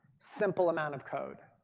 simple amount of code,